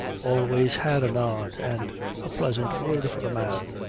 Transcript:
always had a nod and a pleasant word for a man.